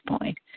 point